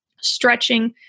stretching